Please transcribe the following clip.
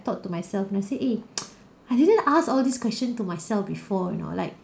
talk to myself let's say eh I didn't ask all these question to myself before you know like